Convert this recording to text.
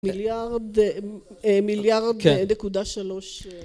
מיליארד, מיליארד נקודה שלוש